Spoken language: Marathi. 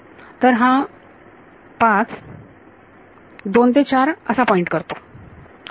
तर हा 5 2 ते 4 असा पॉईंट करतो ओके